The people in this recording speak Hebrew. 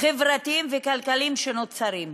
חברתיים וכלכליים שנוצרים.